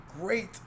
great